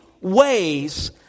ways